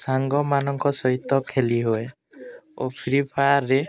ସାଙ୍ଗମାନଙ୍କ ସହିତ ଖେଲି ହୁଏ ଓ ଫ୍ରି ଫାୟାର୍ରେ